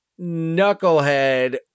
knucklehead